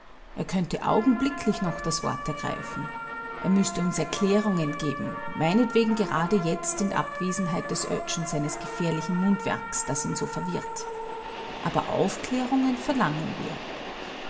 er könnte augenblicklich noch das wort ergreifen er müßte uns erklärungen geben meinetwegen gerade jetzt in abwesenheit des oetsch und seines gefährlichen mundwerks das ihn so verwirrt aber aufklärungen verlangen wir